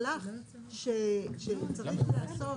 תיאורטית, אם אין צו, מה המשמעות?